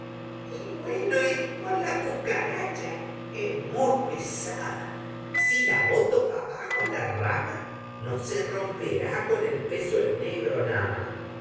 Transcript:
güeno é po la cucaracha e mu pesada si la boto pa bajo la rama no se romperá con el peso del negro na má